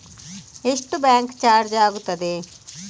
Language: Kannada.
ಎಷ್ಟು ಬ್ಯಾಂಕ್ ಚಾರ್ಜ್ ಆಗುತ್ತದೆ?